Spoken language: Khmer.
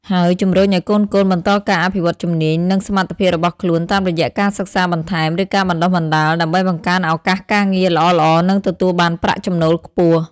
ហើយជំរុញឱ្យកូនៗបន្តការអភិវឌ្ឍជំនាញ និងសមត្ថភាពរបស់ខ្លួនតាមរយៈការសិក្សាបន្ថែម ឬការបណ្ដុះបណ្ដាល ដើម្បីបង្កើនឱកាសការងារល្អៗ និងទទួលបានប្រាក់ចំណូលខ្ពស់។